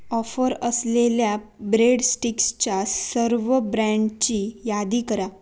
offer असलेल्या bread स्टिक्सच्या सर्व ब्रँडची यादी करा